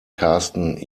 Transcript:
carsten